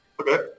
okay